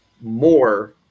more